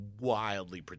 wildly